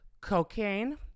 cocaine